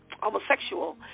homosexual